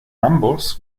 ambos